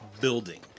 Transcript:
building